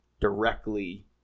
directly